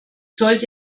sollte